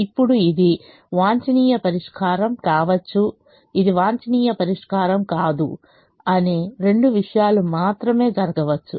ఇప్పుడుఇది వాంఛనీయ పరిష్కారం కావచ్చు ఇది వాంఛనీయ పరిష్కారం కాదు అనే రెండు విషయాలు మాత్రమే జరగవచ్చు